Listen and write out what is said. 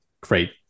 great